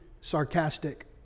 sarcastic